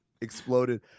exploded